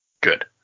Good